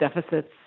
deficits